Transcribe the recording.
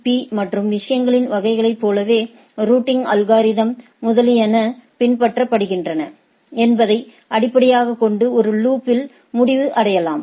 பீ மற்றும் விஷயங்களின் வகைகளைப் போலவே ரூட்டிங் அல்கோரிதம்ஸ் முதலியன பின்பற்றப்படுகின்றன என்பதை அடிப்படையாகக் கொண்டு ஒரு லூப் இல் முடிவு அடையலாம்